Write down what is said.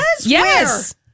Yes